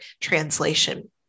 translation